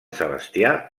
sebastià